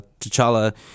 T'Challa